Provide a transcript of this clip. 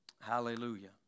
Hallelujah